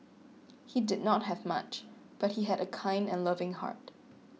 he did not have much but he had a kind and loving heart